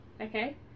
Okay